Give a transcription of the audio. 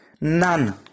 None